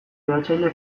behatzaile